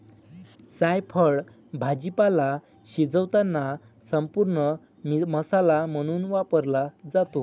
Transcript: जायफळ भाजीपाला शिजवताना संपूर्ण मसाला म्हणून वापरला जातो